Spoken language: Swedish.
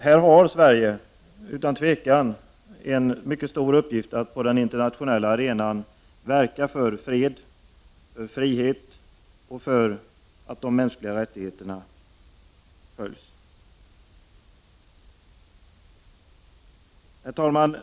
Här har Sverige utan tvivel en mycket stor uppgift att på den internationella arenan verka för fred, för frihet och för att de mänskliga rättigheterna respekteras. Herr talman!